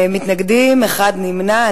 מתנגדים ואחד נמנע.